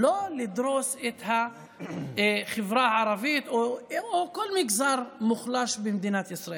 חשוב לא לדרוס את החברה הערבית או כל מגזר מוחלש במדינת ישראל.